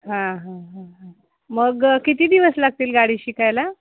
हां हां हां हां मग किती दिवस लागतील गाडी शिकायला